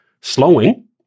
slowing